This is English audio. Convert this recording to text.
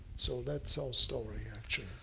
so that's our story actually.